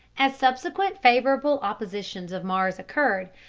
as subsequent favorable oppositions of mars occurred,